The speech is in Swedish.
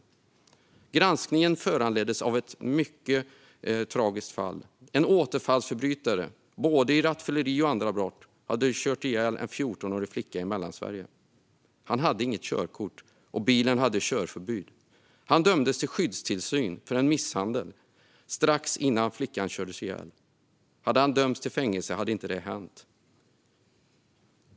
Granskningen föranleddes av ett mycket tragiskt fall. Det handlade om en återfallsförbrytare - både i rattfylleri och i andra brott - som hade kört ihjäl en 14-årig flicka i Mellansverige. Han hade inget körkort, och bilen hade körförbud. Han dömdes till skyddstillsyn för en misshandel strax innan flickan kördes ihjäl. Hade han dömts till fängelse hade det hela inte hänt.